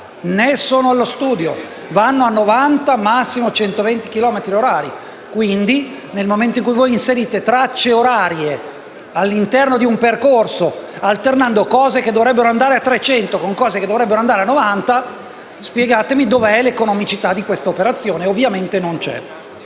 né sono allo studio: vanno a 90 o, al massimo, a 120 chilometri orari. Nel momento in cui inserite tracce orarie all'interno di un percorso alternando mezzi che dovrebbero andare a 300 con altri che dovrebbero andare a 90, spiegatemi dove è l'economicità dell'operazione. Ovviamente non c'è.